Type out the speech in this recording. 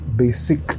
basic